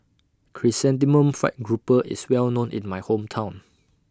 Chrysanthemum Fried Grouper IS Well known in My Hometown